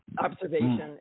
Observation